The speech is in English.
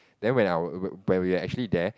then when I wa~ when we are actually there